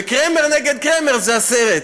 וקרמר נגד קרמר זה הסרט,